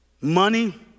Money